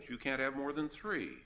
you can't have more than three